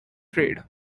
trade